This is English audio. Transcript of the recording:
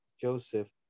Joseph